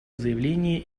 заявление